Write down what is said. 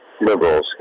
liberals